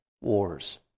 wars